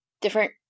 different